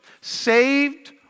saved